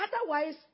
Otherwise